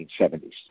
1970s